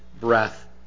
breath